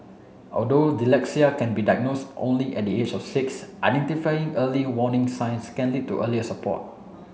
although dyslexia can be diagnosed only at the age of six identifying early warning signs can lead to earlier support